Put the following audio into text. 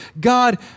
God